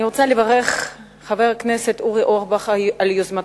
אני רוצה לברך את חבר הכנסת אורי אורבך על היוזמה,